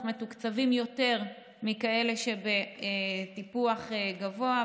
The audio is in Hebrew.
מתוקצבים יותר מכאלה שעשירון טיפוח גבוה,